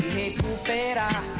recuperar